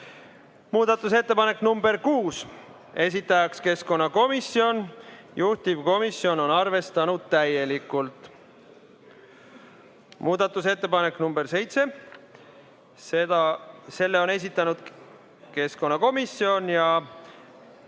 Muudatusettepanek nr 6, esitaja keskkonnakomisjon, juhtivkomisjon on arvestanud täielikult. Muudatusettepanek nr 7, selle on esitanud keskkonnakomisjon ja